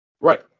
Right